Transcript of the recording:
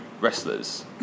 wrestlers